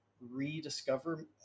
rediscover